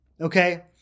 Okay